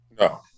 no